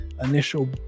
initial